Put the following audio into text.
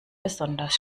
besonders